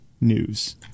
news